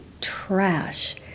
trash